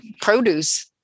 produce